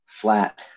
flat